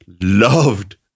loved